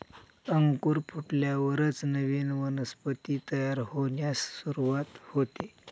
अंकुर फुटल्यावरच नवीन वनस्पती तयार होण्यास सुरूवात होते